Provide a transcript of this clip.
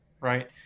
right